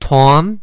Tom